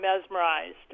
mesmerized